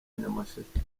nyamasheke